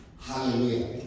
Hallelujah